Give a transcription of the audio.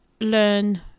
learn